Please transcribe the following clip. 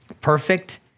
perfect